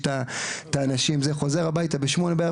עוזר לאנשים לגלוש וחוזר הביתה בשעה 8:00 בערב